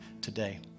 today